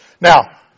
Now